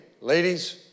ladies